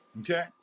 okay